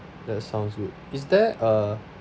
that sounds good is there uh